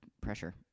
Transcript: pressure